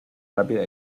rápida